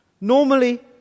Normally